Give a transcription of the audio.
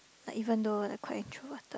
like even though the